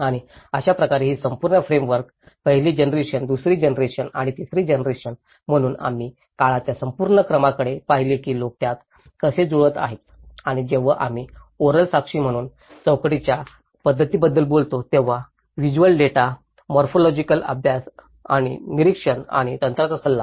आणि अशाप्रकारे ही संपूर्ण फ्रेमवर्क पहिली जनरेशन दुसरी जनरेशन आणि तिसरी जनरेशन म्हणून आम्ही काळाच्या संपूर्ण क्रमाकडे पाहिले की लोक त्यात कसे जुळत आहेत आणि जेव्हा आम्ही ओरल साक्षी म्हणून चौकशीच्या पद्धतींबद्दल बोलतो तेव्हा व्हिज्युअल डेटा मॉर्फोलॉजिकल अभ्यास निरीक्षण आणि तज्ञांचा सल्ला